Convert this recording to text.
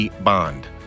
bond